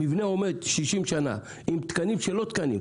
מבנה עומד 60 שנה, עם תקנים שהם לא תקנים.